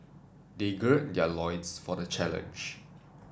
they gird their loins for the challenge